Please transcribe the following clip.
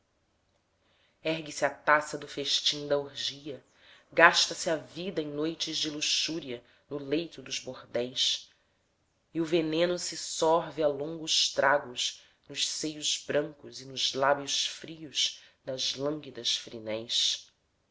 lupanar ergue-se a taça do festim da orgia gasta-se a vida em noites de luxúria no leito dos bordéis e o veneno se sorve a longos tragos nos seios brancos e nos lábios frios das